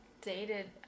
dated